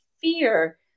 fear